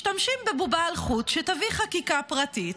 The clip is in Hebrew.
משתמשים בבובה על חוט שתביא חקיקה פרטית,